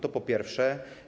To po pierwsze.